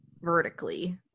vertically